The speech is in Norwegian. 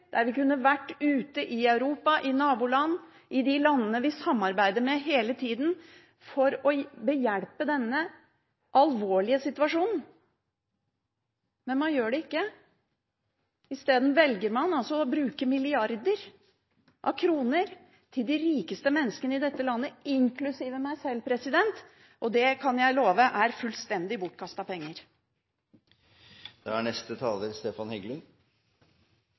Der kunne Norge gått foran med et eksempel, der kunne vi vært ute i Europa, i naboland, i de landene vi samarbeider med hele tida, for å avhjelpe denne alvorlige situasjonen. Men man gjør det ikke. I stedet velger man altså å bruke milliarder av kroner til de rikeste menneskene i dette landet, inklusive meg sjøl, og det kan jeg love er fullstendig